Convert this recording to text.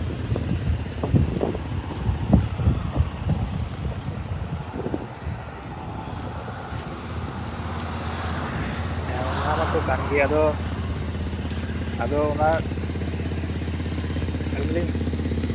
ᱦᱮᱸ ᱚᱱᱟ ᱢᱟᱛᱚ ᱠᱟᱱ ᱜᱮ ᱟᱫᱚ ᱟᱫᱚ ᱚᱱᱟ ᱟᱞᱤᱧ ᱞᱤᱧ